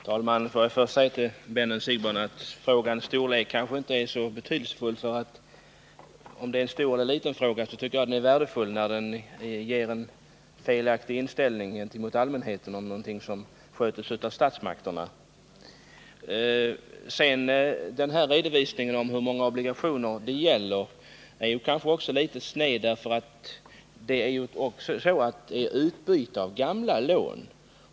Herr talman! Får jag först säga till vännen Bo Siegbahn att frågans storlek kanske inte är så betydelsefull. Oavsett om det är en stor eller liten fråga tycker jag det är värdefullt att diskutera det som ger en felaktig uppfattning hos allmänheten om någonting som sköts av statsmakterna. Redovisningen av hur många obligationer det gäller är kanske också litet sned, för det är ju fråga om utbyte av gamla lån.